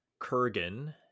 Kurgan